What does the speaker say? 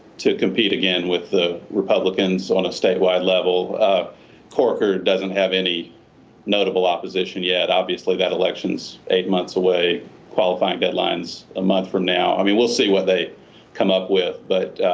to compete again with the republicans on a statewide level ah. for her doesn't have any notable opposition yet obviously that elections eight months away qualified deadlines a month from now on we will see what they come up with but